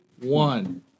one